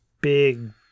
big